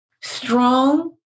Strong